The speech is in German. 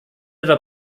etwa